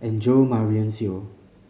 and Jo Marion Seow